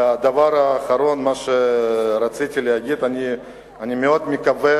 הדבר האחרון שרציתי להגיד: אני מאוד מקווה